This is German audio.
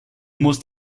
musst